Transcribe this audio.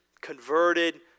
converted